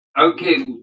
Okay